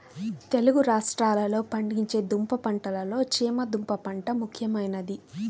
తెలుగు రాష్ట్రాలలో పండించే దుంప పంటలలో చేమ దుంప పంట ముఖ్యమైనది